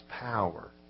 power